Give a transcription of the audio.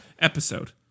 episode